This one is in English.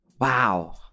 wow